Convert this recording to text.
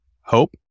hope